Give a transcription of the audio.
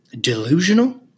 delusional